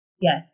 yes